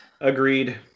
agreed